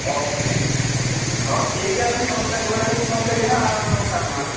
ᱟᱪᱪᱷᱟ ᱦᱚᱭ ᱴᱷᱤᱠᱜᱮᱭᱟ ᱟᱹᱞᱤᱧ ᱱᱚᱜᱼᱚ ᱱᱚᱝᱠᱟ ᱡᱳᱜᱟᱡᱳᱜᱽ ᱯᱷᱚᱱᱛᱮᱜᱮ ᱱᱟᱦᱟᱜ ᱟᱨ ᱚᱠᱟᱨᱮᱱᱟᱜ